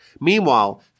Meanwhile